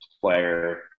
player